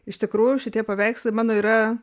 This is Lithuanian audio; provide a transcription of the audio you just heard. iš tikrųjų šitie paveikslai mano yra